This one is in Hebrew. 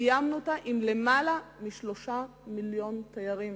סיימנו אותה עם למעלה מ-3 מיליוני תיירים,